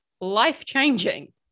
life-changing